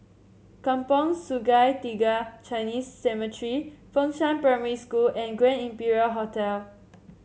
Kampong Sungai Tiga Chinese Cemetery Fengshan Primary School and Grand Imperial Hotel